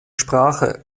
sprache